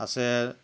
আছে